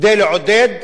כדי לעודד.